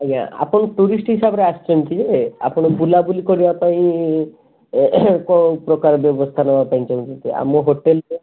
ଆଜ୍ଞା ଆପଣ ଟୁରିଷ୍ଟ ହିସାବରେ ଅସୁଛନ୍ତି ଯେ ଆପଣ ବୁଲାବୁଲି କରିବାପାଇଁ କେଉଁ ପ୍ରକାର ବ୍ୟବସ୍ଥା ନେବା ପାଇଁ ଚାହୁଁଛନ୍ତି ଆମ ହୋଟେଲ୍ରେ